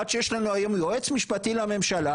עד שיש לנו היום יועץ משפטי לממשלה,